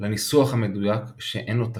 לניסוח המדויק, שאין לו תחליף.